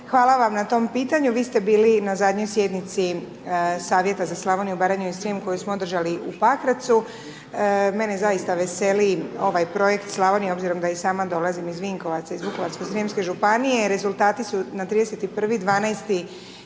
Hvala vam na tom pitanju, vi ste bili na zadnjoj sjednici savjeta za Slavoniju Baranju i Srijem, koju smo održali u Pakracu, mene zaista veseli ovaj projekt Slavonija, obzirom da i sama dolazim iz Vinkovaca, iz Vukovarsko srijemske županije, rezultati su na 31.12.2018.